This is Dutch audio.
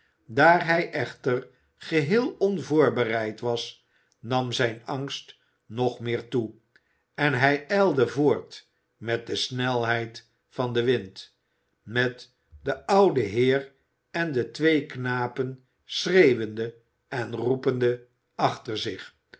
daar hij echter geheel onvoorbereid was nam zijn angst nog meer toe en hij ijlde voort met de snelheid van den wind met den ouden heer en de twee knapen schreeuwende en roepende achter zich